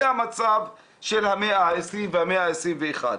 זה המצב של המאה ה-20 והמאה ה-21,